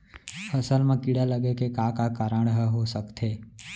फसल म कीड़ा लगे के का का कारण ह हो सकथे?